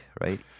right